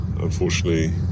unfortunately